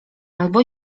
albo